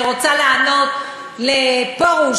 אני רוצה לענות לפרוש,